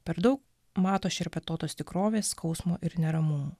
per daug mato šerpetotos tikrovės skausmo ir neramumų